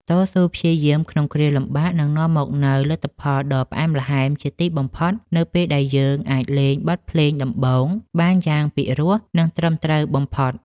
តស៊ូព្យាយាមក្នុងគ្រាលំបាកនឹងនាំមកនូវលទ្ធផលដ៏ផ្អែមល្ហែមជាទីបំផុតនៅពេលដែលយើងអាចលេងបទភ្លេងដំបូងបានយ៉ាងពីរោះ និងត្រឹមត្រូវបំផុត។